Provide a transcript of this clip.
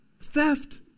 theft